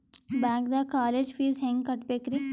ಬ್ಯಾಂಕ್ದಾಗ college fees ಹೆಂಗ್ ಕಟ್ಟ್ಬೇಕ್ರಿ?